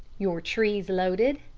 your trees loaded,